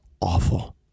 awful